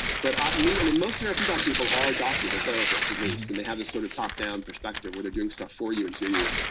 but i mean i mean most neurofeedback people are doctors, or therapists, at least, and they have this sort of top-down perspective, where they're doing stuff for you and to you.